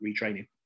retraining